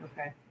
Okay